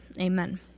amen